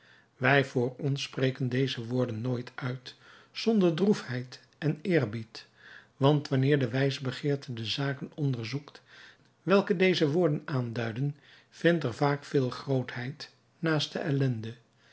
wij voor ons spreken deze woorden nooit uit zonder droefheid en eerbied want wanneer de wijsbegeerte de zaken onderzoekt welke deze woorden aanduiden vindt zij er vaak veel grootheid naast de ellende